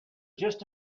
just